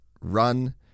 run